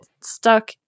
stuck